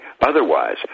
otherwise